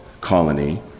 colony